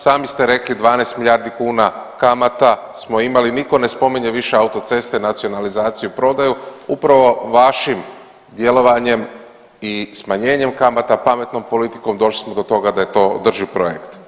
Sami ste rekli 12 milijardi kuna kamata smo imali, nitko ne spominje više autoceste, nacionalizaciju, prodaju, upravo vašim djelovanjem i smanjenjem kamata, pametnom politikom došli smo do toga da je to održiv projekt.